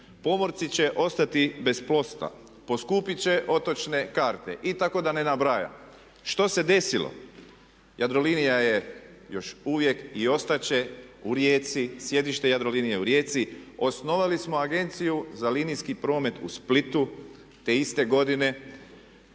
pomorci će ostati bez posla, poskupit će otočne karte i tako da ne nabrajam. Što se desilo? Jadrolinija je još uvijek i ostat će u Rijeci, sjedište Jadrolinije je u Rijeci, osnovali smo Agenciju za linijski promet u Splitu te iste godine,